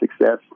success